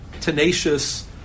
tenacious